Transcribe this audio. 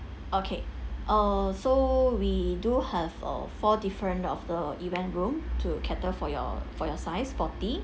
okay oh so we do have a four different of the event room to cater for your for your size forty